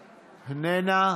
איננה.